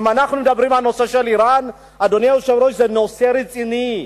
אם אנחנו מדברים על הנושא של אירן, זה נושא רציני.